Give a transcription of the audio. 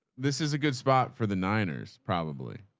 this is a good spot for the niners probably.